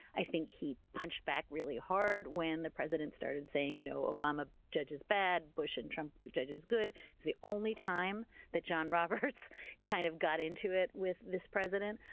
i think he punched back really hard when the president started saying, you know obama judges bad, bush and trump judges good. it's the only time that john roberts kind of got into it with this president.